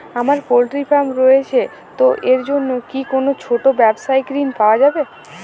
আমার poultry farm রয়েছে তো এর জন্য কি কোনো ছোটো ব্যাবসায়িক ঋণ পাওয়া যাবে?